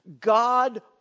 God